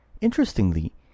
Interestingly